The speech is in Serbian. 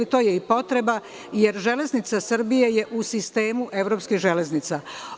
To je potreba, jer železnica Srbije je u sistemu evropskih železnica.